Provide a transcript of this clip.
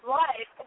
life